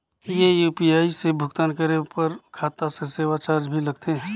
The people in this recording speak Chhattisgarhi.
ये यू.पी.आई से भुगतान करे पर खाता से सेवा चार्ज भी लगथे?